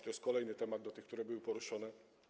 To jest kolejny temat obok tych, które były poruszone.